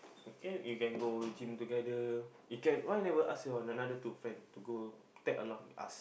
can we can go gym together we can why never ask your another two friend tag along with us